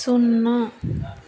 సున్నా